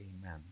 Amen